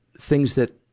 things that,